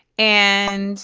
and